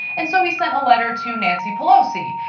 and so he sent a letter to nancy pelosi.